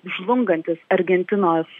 žlungantis argentinos